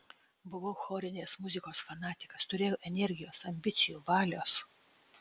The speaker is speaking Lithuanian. buvau chorinės muzikos fanatikas turėjau energijos ambicijų valios